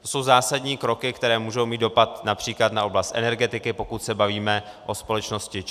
To jsou zásadní kroky, které můžou mít dopad např. na oblast energetiky, pokud se bavíme o společnosti ČEZ.